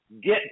get